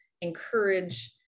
encourage